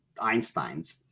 Einsteins